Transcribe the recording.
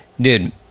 Dude